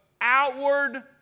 outward